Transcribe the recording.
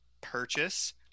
purchase